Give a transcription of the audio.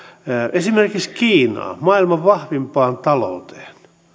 esimerkiksi kiinaan maailman vahvimpaan talouteen